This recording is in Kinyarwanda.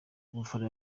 umufana